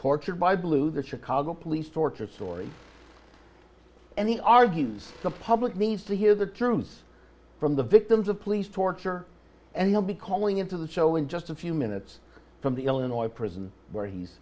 tortured by blue this chicago police torture story and he argues the public needs to hear the truth from the victims of police torture and he'll be calling into the show in just a few minutes from the illinois prison where he's